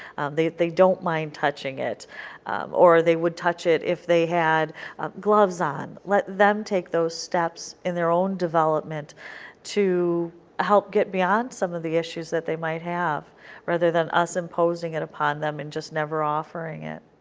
they they don't mind touching it or they would touch it if they had gloves on. let them take those steps in their own development to help get beyond some of the issues that they might have rather than us imposing it upon them and just never offering it.